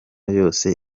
yose